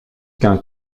qu’un